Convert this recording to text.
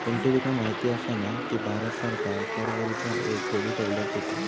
पिंटू तुका माहिती आसा ना, की भारत सरकार कर भरूच्या येळेक थोडी सवलत देता